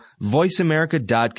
VoiceAmerica.com